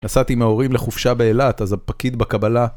נסעתי מההורים לחופשה באילת אז הפקיד בקבלה